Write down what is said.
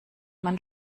man